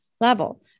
level